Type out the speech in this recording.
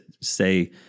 say